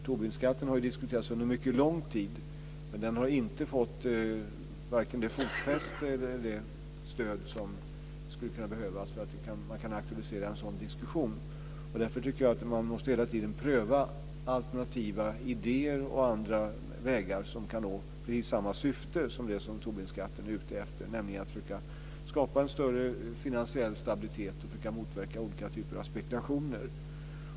Tobinskatten har ju diskuterats under en mycket lång tid, men den har inte fått vare sig det fotfäste eller det stöd som skulle kunna behövas för att man ska kunna aktualisera en sådan diskussion. Därför tycker jag att man hela tiden måste pröva alternativa idéer och andra vägar som kan nå precis samma syfte som det som Tobinskatten är ute efter, nämligen att försöka skapa en större finansiell stabilitet och försöka motverka olika typer av spekulationer.